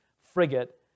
frigate